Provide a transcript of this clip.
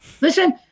Listen